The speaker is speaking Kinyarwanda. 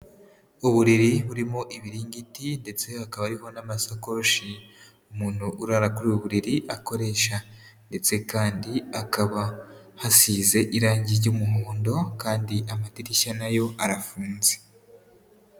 Uburiri burimo ibiringiti ndetse hakaba hariho n'amasakoshi umuntu urara kura ubu buriri akoresha, ndetse kandi hakaba hasize irangi ry'umuhondo kandi amadirishya na yo arafunze.